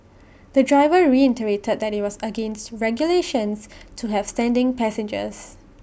the driver reiterated that IT was against regulations to have standing passengers